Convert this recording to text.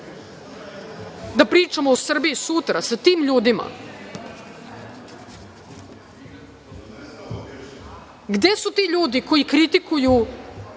da pričamo o Srbiji sutra sa tim ljudima? Gde su ti ljudi koji kritikuju